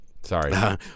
Sorry